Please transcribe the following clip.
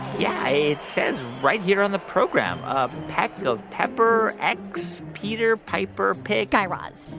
yeah, it says right here on the program a peck of pepper x peter piper pick. guy raz,